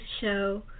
show